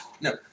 No